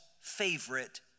favorite